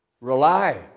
Rely